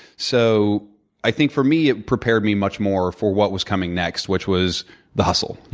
so i think, for me, it prepared me much more for what was coming next, which was the hustle,